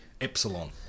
Epsilon